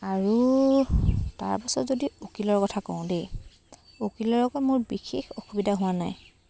আৰু তাৰপিছত যদি উকিলৰ কথা কওঁ দেই উকিলৰ আকৌ মোৰ বিশেষ অসুবিধা হোৱা নাই